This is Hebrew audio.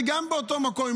זה גם באותו מקום,